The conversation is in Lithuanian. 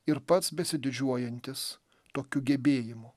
ir pats besididžiuojantis tokiu gebėjimu